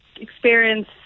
experience